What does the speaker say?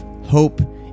hope